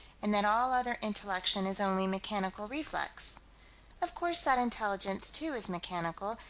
and that all other intellection is only mechanical reflex of course that intelligence, too, is mechanical,